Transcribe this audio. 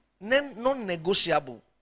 non-negotiable